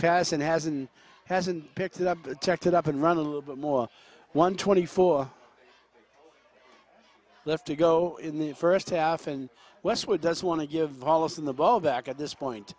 pass and hasn't hasn't picked it up checked it up and run a little bit more one twenty four left to go in the first half and westwood does want to give volleys in the ball back at this point